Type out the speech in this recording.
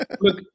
Look